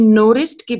noticed